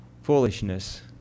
foolishness